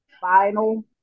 final